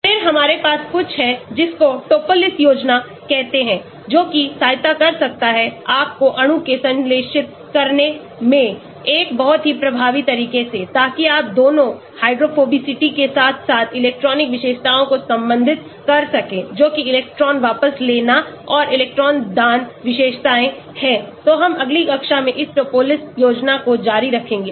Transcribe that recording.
फिर हमारे पास कुछ है जिसको Topliss योजनाकहते हैं जो की सहायता कर सकता है आप को अणु के संश्लेषित करने में एक बहुत ही प्रभावी तरीके से ताकि आप दोनों हाइड्रोफोबिसिटी के साथ साथ इलेक्ट्रॉनिक विशेषताओं को संबोधित कर सकें जो कि इलेक्ट्रॉन वापस लेना और इलेक्ट्रॉन दान विशेषताएं हैं तो हम अगली कक्षा में इस Topliss योजना को जारी रखेंगे